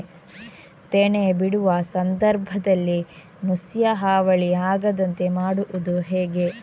ತೆನೆ ಬಿಡುವ ಸಂದರ್ಭದಲ್ಲಿ ನುಸಿಯ ಹಾವಳಿ ಆಗದಂತೆ ಮಾಡುವುದು ಹೇಗೆ?